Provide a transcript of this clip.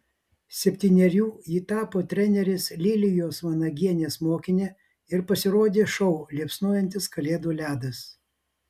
septynerių ji tapo trenerės lilijos vanagienės mokine ir pasirodė šou liepsnojantis kalėdų ledas